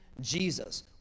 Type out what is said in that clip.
jesus